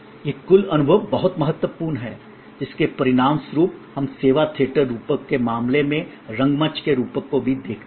यह कुल अनुभव बहुत महत्वपूर्ण है जिसके परिणामस्वरूप हम सेवा थियेटर रूपक के मामले में रंगमंच के रूपक को भी देखते हैं